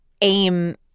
aim